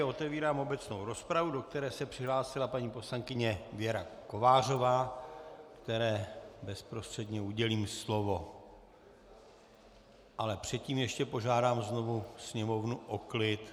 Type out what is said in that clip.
Otevírám obecnou rozpravu, do které se přihlásila paní poslankyně Věra Kovářová, které bezprostředně udělím slovo, ale předtím ještě žádám znovu sněmovnu o klid.